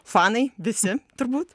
fanai visi turbūt